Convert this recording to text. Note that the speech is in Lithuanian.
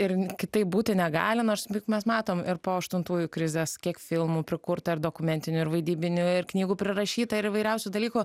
ir kitaip būti negali nors juk mes matom ir po aštuntųjų krizės kiek filmų prikurta ir dokumentinių ir vaidybinių ir knygų prirašyta ir įvairiausių dalykų